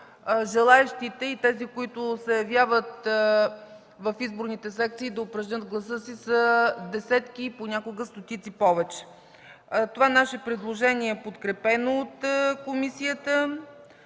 желаещите и тези, които се явяват в изборните секции да упражнят гласа си, са десетки, понякога стотици повече. Това наше предложение е подкрепено от комисията